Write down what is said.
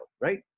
right